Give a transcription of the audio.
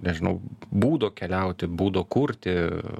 nežinau būdo keliauti būdo kurti